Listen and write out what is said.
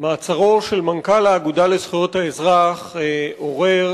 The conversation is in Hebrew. מעצרו של מנכ"ל האגודה לזכויות האזרח עורר